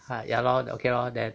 !huh! ya lor okay lor then